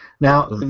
now